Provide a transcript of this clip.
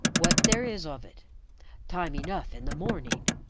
what there is of it time enough in the morning.